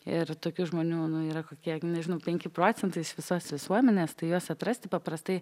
ir tokių žmonių nu yra kokie nežinau penki procentai iš visos visuomenės tai juos atrasti paprastai